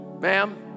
Ma'am